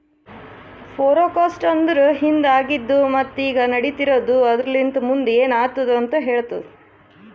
forecast ಅಂದುರ್ ಹಿಂದೆ ಆಗಿದ್ ಮತ್ತ ಈಗ ನಡಿತಿರದ್ ಆದರಲಿಂತ್ ಮುಂದ್ ಏನ್ ಆತ್ತುದ ಅಂತ್ ಹೇಳ್ತದ